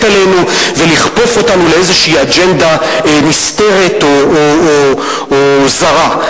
עלינו ולכפוף אותנו לאיזו אג'נדה נסתרת או זרה.